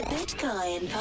Bitcoin